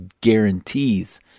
guarantees